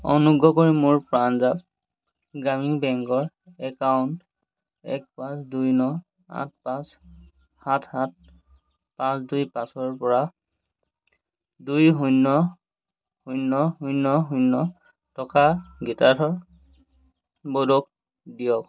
অনুগ্ৰহ কৰি মোৰ পাঞ্জাৱ গ্ৰামীণ বেংকৰ একাউণ্ট এক পাঁচ দুই ন আঠ পাঁচ সাত সাত পাঁচ দুই পাঁচৰপৰা দুই শূন্য শূন্য শূন্য শূন্য টকা গীতাৰ্থ বড়োক দিয়ক